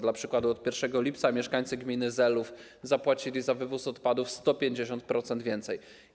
Dla przykładu od 1 lipca mieszkańcy gminy Zelów zapłacili za wywóz odpadów 150% więcej.